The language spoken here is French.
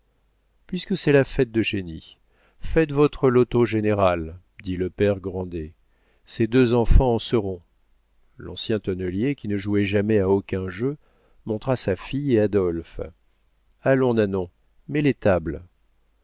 puisque c'est la fête d'eugénie faites votre loto général dit le père grandet ces deux enfants en seront l'ancien tonnelier qui ne jouait jamais à aucun jeu montra sa fille et adolphe allons nanon mets les